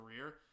career